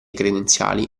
credenziali